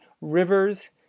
rivers